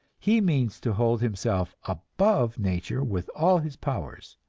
he means to hold himself above nature with all his powers.